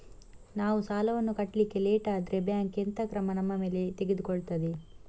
ನಾವು ಸಾಲ ವನ್ನು ಕಟ್ಲಿಕ್ಕೆ ಲೇಟ್ ಆದ್ರೆ ಬ್ಯಾಂಕ್ ಎಂತ ಕ್ರಮ ನಮ್ಮ ಮೇಲೆ ತೆಗೊಳ್ತಾದೆ?